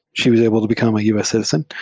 she was able to become a u s. citizen.